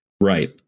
Right